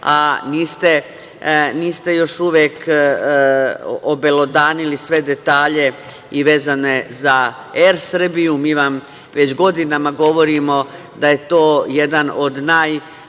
a niste još uvek obelodanili sve detalje za „Er Srbiju“. Mi vam već godinama govorimo da je to jedan od